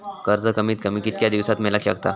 कर्ज कमीत कमी कितक्या दिवसात मेलक शकता?